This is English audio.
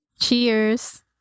Cheers